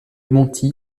monti